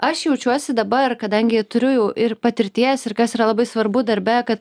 aš jaučiuosi dabar kadangi turiu jau ir patirties ir kas yra labai svarbu darbe kad